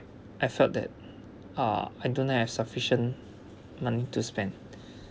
I felt that ah I do have sufficient money to spend